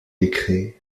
décrets